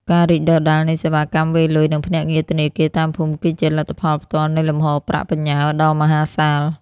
ការរីកដុះដាលនៃសេវាកម្មវេរលុយ និងភ្នាក់ងារធនាគារតាមភូមិ គឺជាលទ្ធផលផ្ទាល់នៃលំហូរប្រាក់បញ្ញើដ៏មហាសាល។